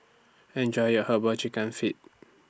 Enjoy your Herbal Chicken Feet